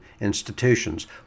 institutions